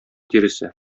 тиресе